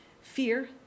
fear